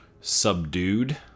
subdued